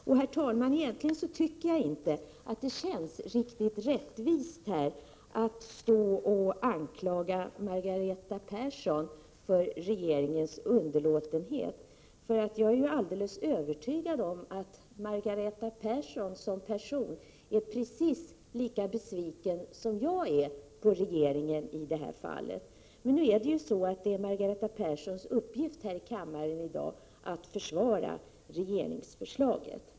Och, herr talman, egentligen tycker jag inte att det känns riktigt rättvist att här stå och anklaga Margareta Persson för regeringens underlåtenhet. Jag är alldeles övertygad om att Margareta Persson som person är precis lika besviken som jag är på regeringen i detta fall. Men nu är det ju så att det är Margareta Perssons uppgift här i kammaren i dag att försvara regeringsförslaget.